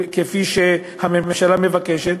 כפי שהממשלה מבקשת,